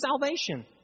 salvation